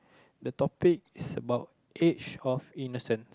the topic is about age of innocent